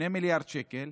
2 מיליארד שקל,